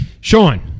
Sean